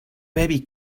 baby